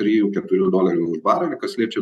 trijų keturių dolerių už barelį kas liečia